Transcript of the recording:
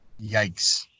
Yikes